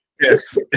Yes